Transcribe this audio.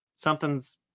something's